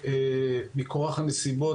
מכוח הנסיבות,